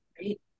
Right